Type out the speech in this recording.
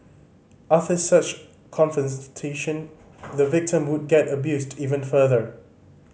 after such a confrontation the victim would get abused even further